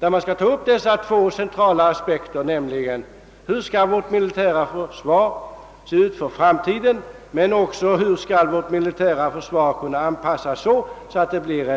Den skall då ta upp två centrala aspekter: hur skall vårt militära försvar se ut för framtiden och hur skall detta kunna anpassas så att det blir